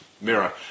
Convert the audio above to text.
Mirror